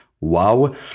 Wow